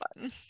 fun